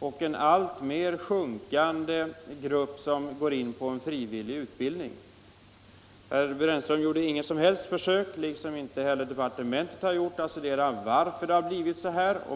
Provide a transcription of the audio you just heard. och en alltmer minskande grupp av personer som går in i en frivillig utbildning. Herr Brännström gjorde liksom departementet inte något som helst försök att studera varför det blivit så.